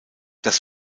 das